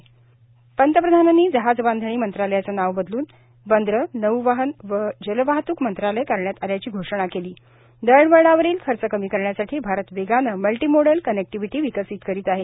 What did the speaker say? जहाज बांधणी पंतप्रधानांनी जहाज बांधणी मंत्रालयाचे नाव बदलून बंदरे नौवहन आणि जलवाहतूक मंत्रालय करण्यात आल्याची घोषणा केली दळणवळणावरील खर्च कमी करण्यासाठी भारत वेगाने मल्टीमोडल कनेक्टिव्हिटी विकसित करीत आहे